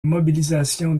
mobilisation